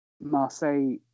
Marseille